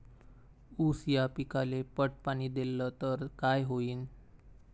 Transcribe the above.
ऊस या पिकाले पट पाणी देल्ल तर काय होईन?